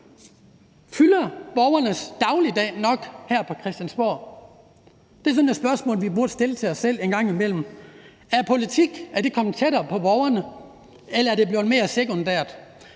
Fylder borgernes dagligdag nok her på Christiansborg? Det er sådan et spørgsmål, vi burde stille os selv en gang imellem. Er politik kommet tættere på borgerne, eller er det blevet mere sekundært?